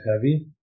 heavy